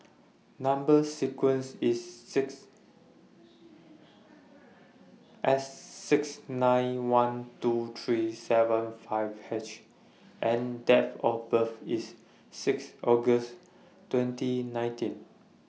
Number sequence IS S six nine one two three seven five H and Date of birth IS six August twenty nineteen